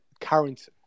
current